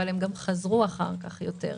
אבל הן גם חזרו אחר כך יותר.